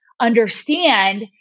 understand